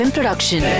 Production